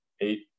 Eight